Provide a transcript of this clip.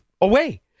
away